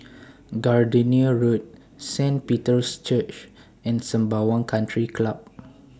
Gardenia Road Saint Peter's Church and Sembawang Country Club